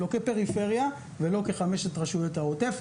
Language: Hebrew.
לא כפריפריה ולא כחמש רשויות העוטף.